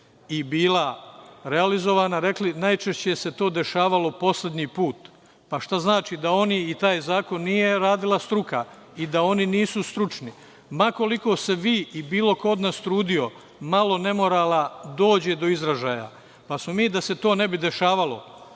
i bila realizovana, najčešće se to dešavalo poslednji put. Šta znači da oni i taj zakon nije radila struka i da oni nisu stručni. Ma koliko se vi i bilo ko od nas trudio malo nemorala dođe do izražaja, pa smo mi, da se to ne bi dešavalo,